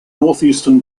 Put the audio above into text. northeastern